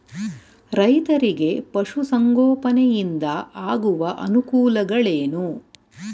ರೈತರಿಗೆ ಪಶು ಸಂಗೋಪನೆಯಿಂದ ಆಗುವ ಅನುಕೂಲಗಳೇನು?